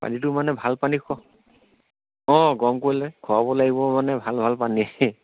পানীটো মানে ভাল পানী খোৱাওঁ অঁ গৰম কৰিলৈ খোৱাব লাগিব মানে ভাল ভাল পানী